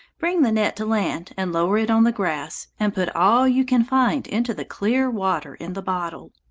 bring the net to land and lower it on the grass, and put all you can find into the clear water in the bottle.